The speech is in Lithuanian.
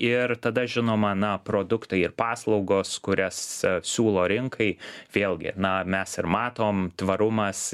ir tada žinoma na produktai ir paslaugos kurias siūlo rinkai vėlgi na mes ir matom tvarumas